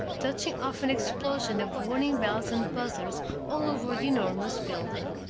touching off an explosion of warning bells and buzzers all over the enormous building.